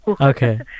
Okay